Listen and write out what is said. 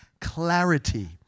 clarity